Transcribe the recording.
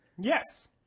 yes